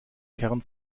kern